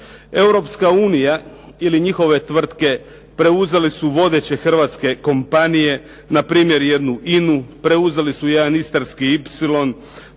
Europska unija ili njihove tvrtke preuzele su vodeće hrvatske kompanije, na primjer jednu INA-u, preuzeli su jedan Istarski ipsilon.